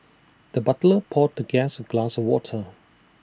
the butler poured the guest A glass of water